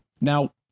Now